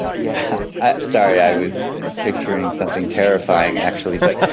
yeah ah sorry, i was picturing something terrifying, actually. but